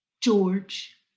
George